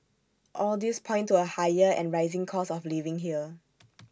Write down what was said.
all these point to A higher and rising cost of living here